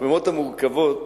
הפחמימות המורכבות